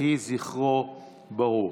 יהי זכרו ברוך.